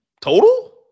Total